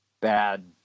bad